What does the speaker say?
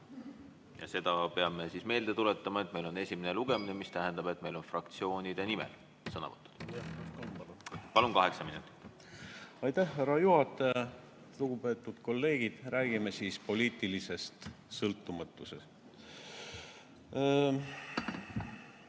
Seda peame meelde tuletama, et meil on esimene lugemine, mis tähendab, et meil on sõnavõtud fraktsioonide nimel. Palun! Kaheksa minutit. Aitäh, härra juhataja! Lugupeetud kolleegid! Räägime siis poliitilisest sõltumatusest.